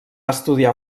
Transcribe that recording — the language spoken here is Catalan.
estudiar